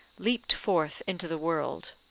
leaped forth into the world.